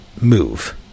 move